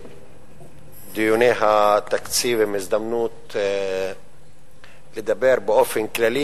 ודיוני התקציב הם הזדמנות לדבר באופן כללי,